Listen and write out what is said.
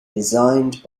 designed